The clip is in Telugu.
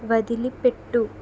వదిలిపెట్టు